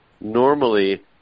normally